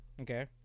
Okay